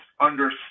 understand